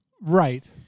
Right